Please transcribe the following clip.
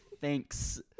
thanks